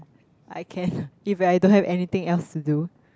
I can if I don't have anything else to do